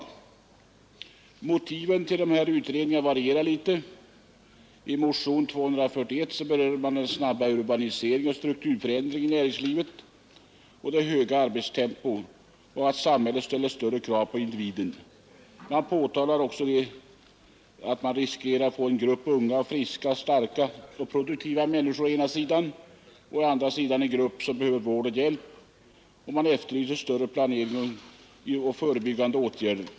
Motiven för utredningarna varierar något. Motion 241 berör den snabba urbaniseringen och strukturförändringen i näringslivet, det höga arbetstempot och samhällets allt större krav på individen. Det påtalas att man riskerar att få en grupp unga, friska, starka och produktiva människor å ena sidan, och å andra sidan en grupp som behöver vård och hjälp. Man efterlyser en bättre planering och förebyggande åtgärder.